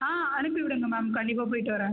ஆ அனுப்பி விடுங்கள் மேம் கண்டிப்பாக போயிவிட்டு வரேன்